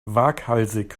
waghalsig